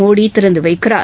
மோடி திறந்து வைக்கிறார்